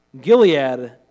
Gilead